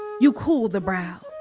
you cool the brow.